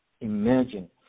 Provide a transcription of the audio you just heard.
Imagine